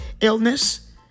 illness